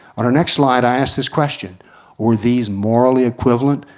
on our next slide i ask this question were these morally equivalent,